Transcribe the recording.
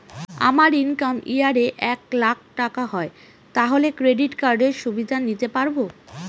আমার income year এ এক লাক টাকা হয় তাহলে ক্রেডিট কার্ড এর সুবিধা নিতে পারবো?